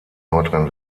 nordrhein